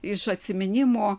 iš atsiminimų